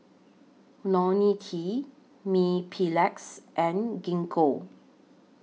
Ionil T Mepilex and Gingko